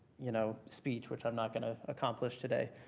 you know, speech, which i'm not going to accomplish today.